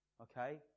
okay